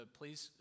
please